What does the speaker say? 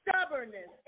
Stubbornness